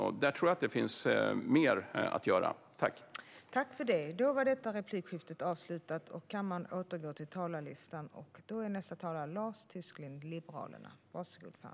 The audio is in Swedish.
Jag tror att det finns mer att göra när det gäller det.